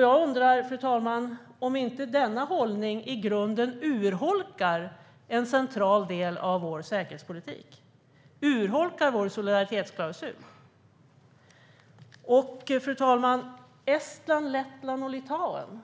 Jag undrar, fru talman, om inte denna hållning i grunden urholkar en central del av vår säkerhetspolitik, urholkar vår solidaritetsklausul. Fru talman! Estland, Lettland och Litauen